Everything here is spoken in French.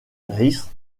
reese